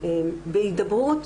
אתה בהידברות